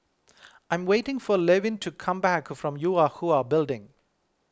I am waiting for Levin to come back from Yue Hwa Building